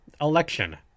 Election